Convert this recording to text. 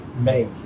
make